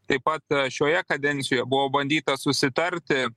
taip pat šioje kadencijoje buvo bandyta susitarti